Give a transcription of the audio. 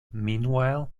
meanwhile